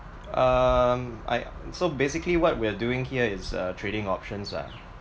um I so basically what we're doing here is uh trading options lah